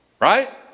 right